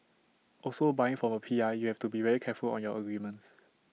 also buying from A P I you have to be very careful on your agreements